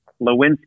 Lewinsky